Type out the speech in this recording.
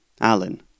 Alan